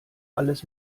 alles